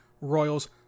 royals